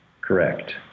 Correct